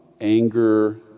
anger